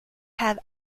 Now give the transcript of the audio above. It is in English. have